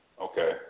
okay